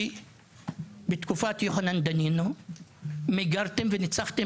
כי בתקופת יוחנן דנינו מיגרתם וניצחתם